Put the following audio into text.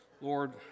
Lord